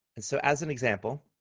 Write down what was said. and so as an example,